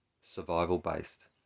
survival-based